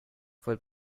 votre